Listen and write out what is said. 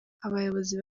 abayobozi